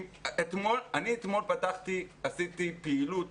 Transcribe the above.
אני אתמול עשיתי פעילות